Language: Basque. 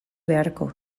beharko